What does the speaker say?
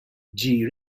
gee